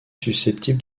susceptible